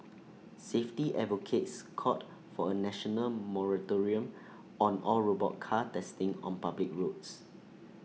safety advocates called for A national moratorium on all robot car testing on public roads